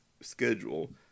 schedule